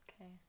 Okay